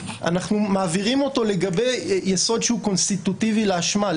אנחנו מעבירים אותו לגבי יסוד שהוא קונסטיטוטיבי לאשמה,